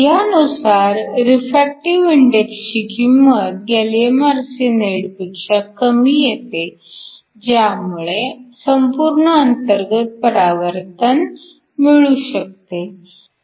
ह्यानुसार रिफ्रॅक्टिव्ह इंडेक्सची किंमत गॅलीअम आर्सेनाईडपेक्षा कमी येते ज्यामुळे संपूर्ण अंतर्गत परावर्तन मिळू शकते